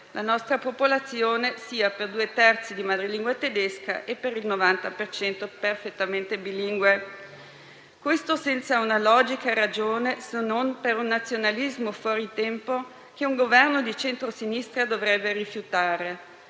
la nostra popolazione sia per due terzi di madrelingua tedesca e per il 90 per cento perfettamente bilingue. Questo senza una ragione logica, se non per un nazionalismo fuori tempo, che un Governo di centrosinistra dovrebbe rifiutare.